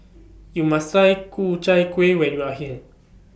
YOU must Try Ku Chai Kuih when YOU Are here